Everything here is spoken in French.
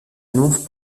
annonce